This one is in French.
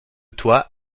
toit